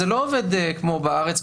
זה לא עובד כמו בארץ.